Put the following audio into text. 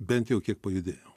bent jau kiek pajudėjo